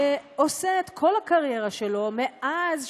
שעושה את כל הקריירה שלו, מאז 77'